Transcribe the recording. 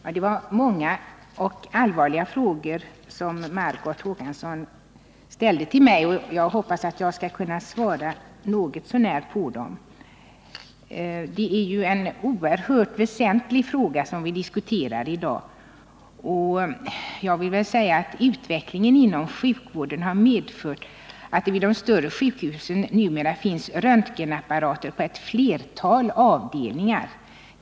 Herr talman! Det var många och väsentliga frågor som Margot Håkansson ställde till mig. Jag hoppas att jag något så när skall kunna svara på dem. Utvecklingen inom sjukvården har medfört att det vid de större sjukhusen numera finns röntgenapparater på flera avdelningar.